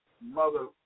Mother